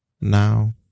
now